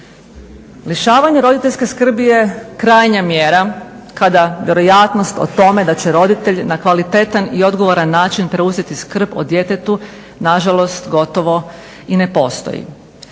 Lišavanje roditeljske skrbi je krajnja mjera kada vjerojatnost o tome da će roditelj na kvalitetan i odgovoran način preuzeti skrb o djetetu nažalost gotovo i ne postoji.